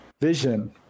vision